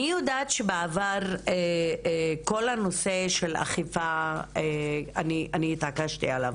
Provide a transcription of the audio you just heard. אני יודעת שבעבר כל הנושא של האכיפה אני התעקשתי עליו